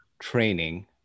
training